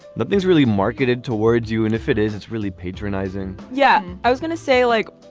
but these really marketed towards you. and if it is, it's really patronizing yeah, i was going to say like